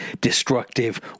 destructive